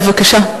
בבקשה.